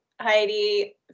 Heidi